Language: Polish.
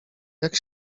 jak